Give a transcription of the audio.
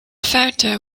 founder